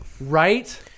Right